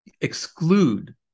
exclude